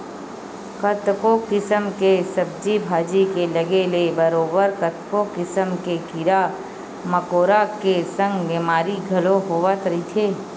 कतको किसम के सब्जी भाजी के लगे ले बरोबर कतको किसम के कीरा मकोरा के संग बेमारी घलो होवत रहिथे